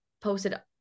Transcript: posted